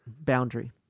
boundary